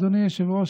אדוני היושב-ראש,